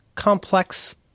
complex